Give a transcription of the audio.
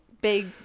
Big